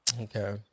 Okay